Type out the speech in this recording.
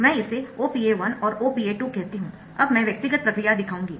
मैं इसे OPA 1 और OPA 2 कहती हूं अब मैं व्यवस्थित प्रक्रिया दिखाऊंगी